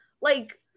Like-